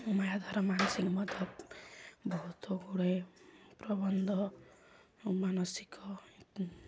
ମାୟାଧର ମାନସିଂହ ମଧ୍ୟ ବହୁତ ଗୁଡ଼େ ପ୍ରବନ୍ଧ ମାନସିକ